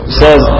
says